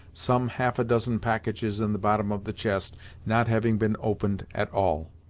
some half a dozen packages in the bottom of the chest not having been opened at all.